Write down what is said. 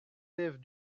élèves